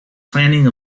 planning